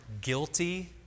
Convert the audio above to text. guilty